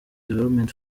development